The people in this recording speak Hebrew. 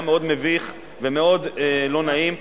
היה מאוד מביך ומאוד לא נעים,